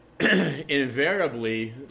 invariably